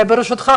ברשותך,